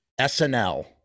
SNL